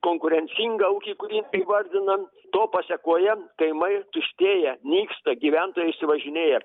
konkurencingą ūkį kurį įvardinam to pasekoje kaimai tuštėja nyksta gyventojai išsivažinėja